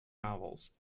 novels